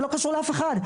זה לא קשור לאף אחד.